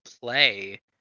play